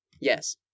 Yes